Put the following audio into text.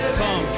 come